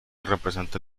representa